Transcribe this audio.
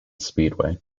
speedway